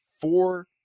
four